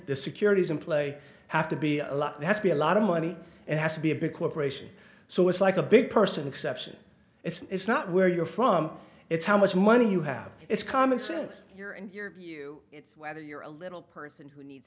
the securities in play have to be a lot has to be a lot of money it has to be a big corporation so it's like a big person exception it's not where you're from it's how much money you have it's common sense you're in your view it's whether you're a little person who needs